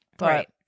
Right